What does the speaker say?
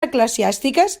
eclesiàstiques